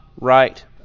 right